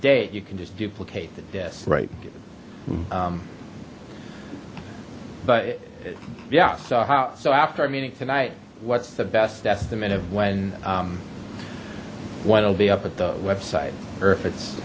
date you can just duplicate the disk right but yeah so how so after i'm eating tonight what's the best estimate of when one will be up at the website or if it's